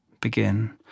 begin